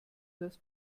das